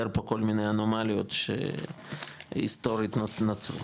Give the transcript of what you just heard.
פה כל מיני אנומליות שהיסטורית נוצרו.